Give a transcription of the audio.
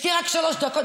יש לי רק שלוש דקות,